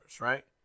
right